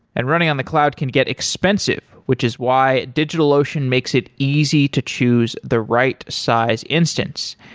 and running on the cloud can get expensive, which is why digitalocean makes it easy to choose the right size instance,